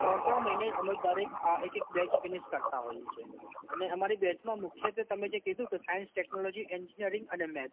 ત્રણ ત્રણ મહિને અમે દરેક અ એક એક બેચ ફિનિશ કરતા હોઇએ છીએ અને અમારી બેચમાં મુખત્ત્વે તમે જે કીધું કે સાયન્સ ટેકનોલોજી એન્જીનીયરીંગ અને મેથ્સ